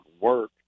work